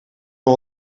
nog